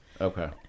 Okay